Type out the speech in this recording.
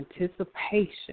anticipation